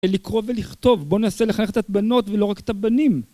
לקרוא ולכתוב, בוא ננסה לחנך את הבנות ולא רק את הבנים!